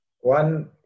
One